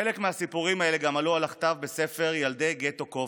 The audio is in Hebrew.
חלק מהסיפורים האלה גם עלו על הכתב בספר "ילדי גטו קובנה",